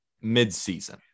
mid-season